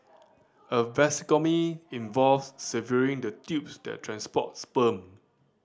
a vasectomy involves severing the tubes that transport sperm